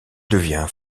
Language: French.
devient